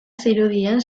zirudien